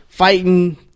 fighting